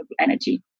energy